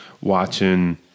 watching